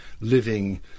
living